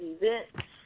events